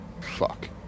Fuck